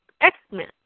X-Men